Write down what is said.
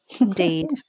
indeed